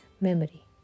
memory